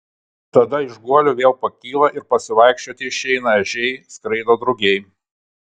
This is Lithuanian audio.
tada iš guolių vėl pakyla ir pasivaikščioti išeina ežiai skraido drugiai